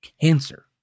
cancer